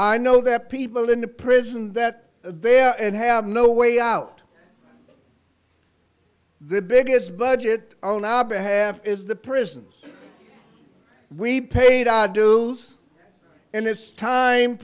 i know that people in the prison that they are and have no way out the biggest budget own aba have is the prisons we paid our dues and it's time